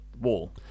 wall